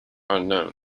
unknown